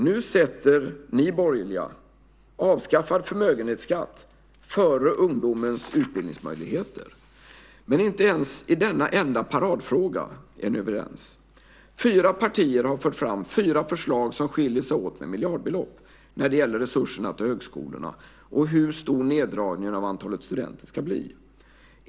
Nu sätter ni borgerliga avskaffad förmögenhetsskatt före ungdomens utbildningsmöjligheter. Inte ens i denna enda paradfråga är ni överens. Fyra partier har fört fram fyra förslag som skiljer sig åt med miljardbelopp när det gäller resurserna till högskolorna och hur stor neddragningen av antalet studenter ska bli.